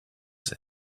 this